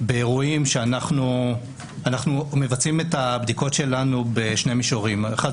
אנחנו מבצעים את הבדיקות שלנו בשני מישורים: אחד,